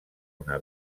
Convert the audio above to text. una